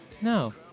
No